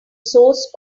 source